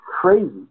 crazy